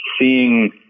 seeing